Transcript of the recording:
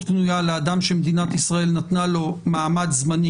קנויה לאדם שמדינת ישראל נתנה לו כאן מעמד זמני.